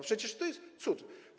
Przecież to jest cud.